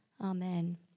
Amen